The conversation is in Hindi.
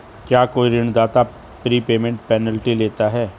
क्या कोई ऋणदाता प्रीपेमेंट पेनल्टी लेता है?